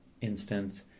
instance